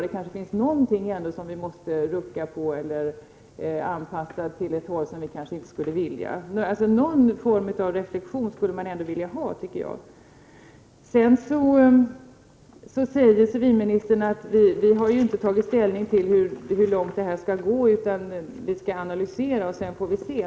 Det kanske finns någonting som vi måste rucka på eller anpassa åt ett håll som vi inte skulle önska. Någon form av reflexion skulle man ändå vilja ha, tycker jag. Civilministern säger att vi inte har tagit ställning till hur långt integreringen skall gå, utan vi skall analysera och sedan får vi se.